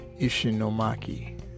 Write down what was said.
Ishinomaki